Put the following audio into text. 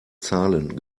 zahlen